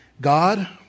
God